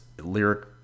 lyric